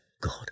God